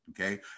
okay